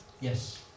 Yes